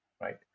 right